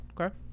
Okay